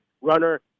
runner